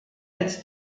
als